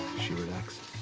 she relaxes,